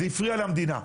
זה מפריע למדינה.